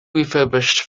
refurbished